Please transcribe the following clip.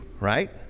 Right